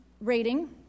rating